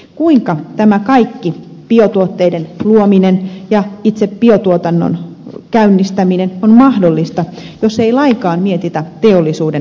kuinka tämä kaikki biotuotteiden luominen ja itse biotuotannon käynnistäminen on mahdollista jos ei lainkaan mietitä teollisuuden roolia